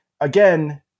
again